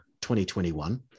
2021